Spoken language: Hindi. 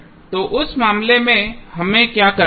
तो उस मामले में हमें क्या करना है